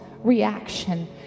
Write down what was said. reaction